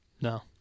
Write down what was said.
No